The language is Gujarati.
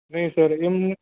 નહીં સર એમ નહીં